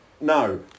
no